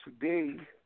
today